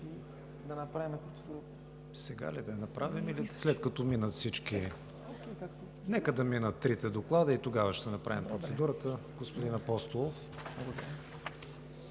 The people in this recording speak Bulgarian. КРИСТИАН ВИГЕНИН: Сега ли да я направим или след като минат всички? Нека да минат трите доклада и тогава ще направим процедурата, господин Апостолов.